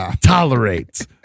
tolerate